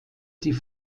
die